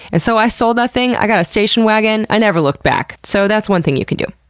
and so i sold that thing, i got a station wagon, i never looked back. so that's one thing you can do.